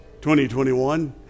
2021